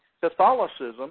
Catholicism